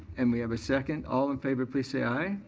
and we have a second. all in favor, please say i.